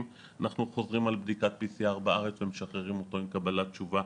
אנחנו חוזרים על בדיקת PCR ומשחררים אותו עם קבלת תשובה